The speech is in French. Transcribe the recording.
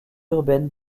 urbaine